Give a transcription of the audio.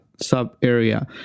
sub-area